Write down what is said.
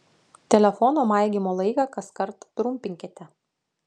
telefono maigymo laiką kaskart trumpinkite